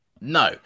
No